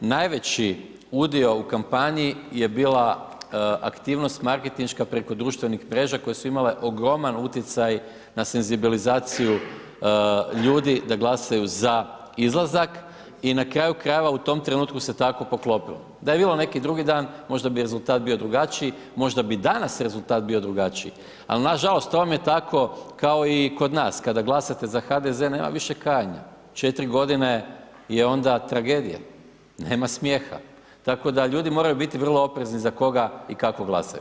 Najveći udio u kampanji je bila aktivnost marketinška preko društvenih mreža koje su imale ogroman utjecaj na senzibilizaciju ljudi da glasaju za izlazak i na kraju krajeva u tom trenutku se tako poklopilo, da je bilo neki drugi dan možda bi rezultat bio drugačiji, možda bi danas rezultat bio drugačiji, al nažalost, to vam je tako kao i kod nas kada glasate za HDZ, nema više kajanja, 4 godine je onda tragedija, nema smijeha, tako da ljudi moraju biti vrlo oprezni za koga i kako glasaju.